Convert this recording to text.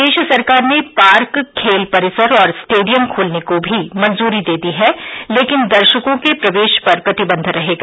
प्रदेश सरकार ने पार्क खेल परिसर और स्टेडियम खोलने को भी मंजूरी दे दी है लेकिन दर्शकों के प्रवेश पर प्रतिबंध रहेगा